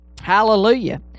Hallelujah